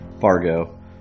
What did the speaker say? Fargo